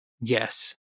yes